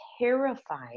terrified